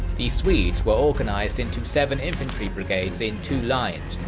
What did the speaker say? the swedes were organised into seven infantry brigades in two lines,